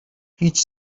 هیچ